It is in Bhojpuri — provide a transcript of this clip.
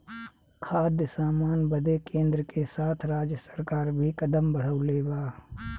खाद्य सामान बदे केन्द्र के साथ राज्य सरकार भी कदम बढ़ौले बा